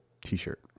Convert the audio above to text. t-shirt